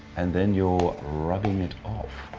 and then you're rubbing it off.